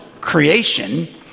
creation